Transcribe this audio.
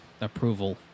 approval